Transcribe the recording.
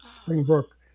Springbrook